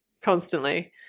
Constantly